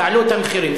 תעלו את המחירים.